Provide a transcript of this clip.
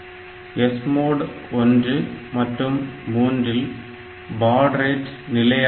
SMOD 1 மற்றும் 3 இல் பாட் ரேட் நிலையாக இருக்கும்